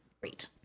great